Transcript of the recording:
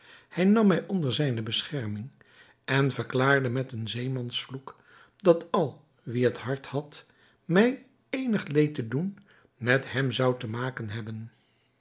hij nam mij onder zijne bescherming en verklaarde met een zeemansvloek dat al wie het hart had mij eenig leed te doen met hem zou te maken hebben